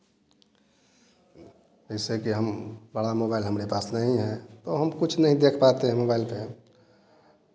जैसा कि हम बड़ा मोबाइल हमारे पास नहीं हैं तो हम कुछ नहीं देख पाते हैं मोबाइल पर